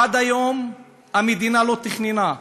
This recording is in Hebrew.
עד היום המדינה לא תכננה,